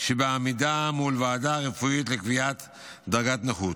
שבעמידה מול ועדה רפואית לקביעת דרגת נכות.